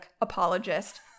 apologist